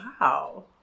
Wow